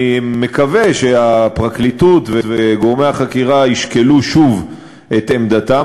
אני מקווה שהפרקליטות וגורמי החקירה ישקלו שוב את עמדתם.